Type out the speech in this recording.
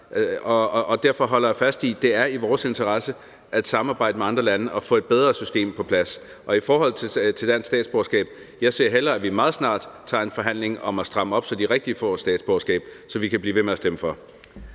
og derfor holder jeg fast i, at det er i vores interesse at samarbejde med andre lande og få et bedre system på plads. I forhold til dansk statsborgerskab vil jeg sige, at jeg hellere ser, at vi meget snart tager en forhandling om at stramme op, så de rigtige får statsborgerskab, så vi kan blive ved med at stemme for.